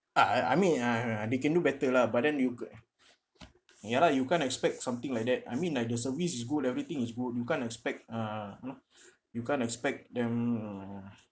ah ah I mean I I they can do better lah but then you ca~ ya lah you can't expect something like that I mean like the service is good everything is good you can't expect uh you know you can't expect them uh